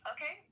Okay